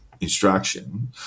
instruction